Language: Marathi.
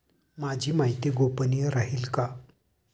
माझी माहिती गोपनीय राहील का?